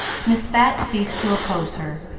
miss bat ceased to oppose her,